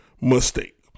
mistake